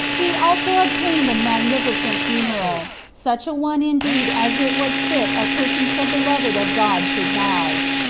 he also obtained a magnificent funeral, such a one indeed as it was fit a person so beloved of god should have.